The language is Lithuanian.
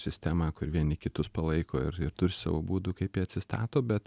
sistemą kur vieni kitus palaiko ir ir turi savo būdų kaip jie atsistato bet